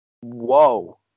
Whoa